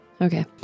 Okay